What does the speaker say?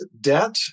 debt